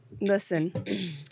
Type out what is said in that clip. Listen